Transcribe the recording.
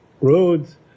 roads